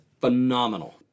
phenomenal